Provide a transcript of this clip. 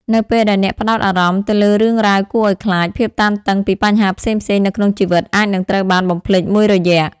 នៅពេលដែលអ្នកផ្តោតអារម្មណ៍ទៅលើរឿងរ៉ាវគួរឲ្យខ្លាច ភាពតានតឹងពីបញ្ហាផ្សេងៗនៅក្នុងជីវិតអាចនឹងត្រូវបានបំភ្លេចមួយរយៈ។